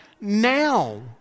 now